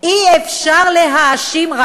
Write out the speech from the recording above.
אי-אפשר להאשים,